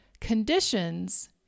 Conditions